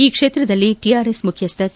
ಈ ಕ್ಷೇತ್ರದಲ್ಲಿ ಟಿಆರ್ಎಸ್ ಮುಖ್ಯಸ್ಥ ಕೆ